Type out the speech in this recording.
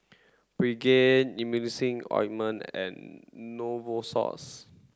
Pregain Emulsying ointment and Novosource